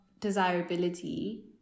desirability